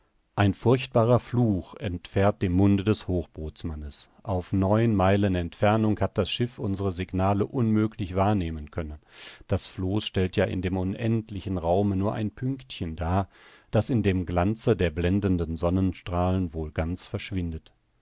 ein furchtbarer fluch entfährt dem munde des hochbootsmannes auf neun meilen entfernung hat das schiff unsere signale unmöglich wahrnehmen können das floß stellt ja in dem unendlichen raume nur ein pünktchen dar das in dem glanze der blendenden sonnenstrahlen wohl ganz verschwindet